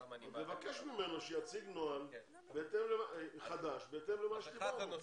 אותם אני --- אז נבקש ממנו שיציג נוהל חדש בהתאם למה שדיברנו.